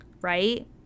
right